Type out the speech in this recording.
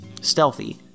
stealthy